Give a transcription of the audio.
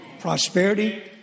prosperity